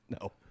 No